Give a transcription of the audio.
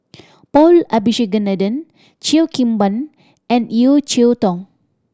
Paul Abisheganaden Cheo Kim Ban and Yeo Cheow Tong